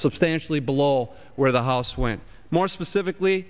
substantially below where the house went more specifically